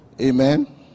Amen